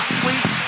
sweet